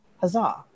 huzzah